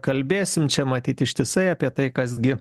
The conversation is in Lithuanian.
kalbėsim čia matyt ištisai apie tai kas gi